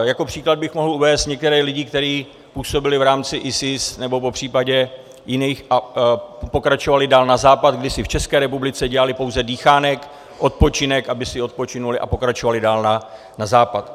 Jako příklad bych mohl uvést některé lidi, kteří působili v rámci ISIS nebo popřípadě jiných, a pokračovali dál na západ, kdy si v České republice dělali pouze dýchánek, odpočinek, aby si odpočinuli a pokračovali dál na západ.